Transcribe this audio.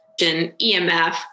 emf